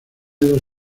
dos